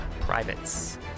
privates